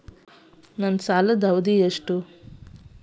ನನ್ನ ಸಾಲದ ಅವಧಿ ಏನು?